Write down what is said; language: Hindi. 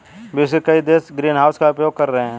विश्व के कई देश ग्रीनहाउस का उपयोग कर रहे हैं